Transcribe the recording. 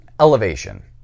Elevation